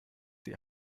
die